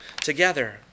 together